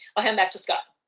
i hand back to scott.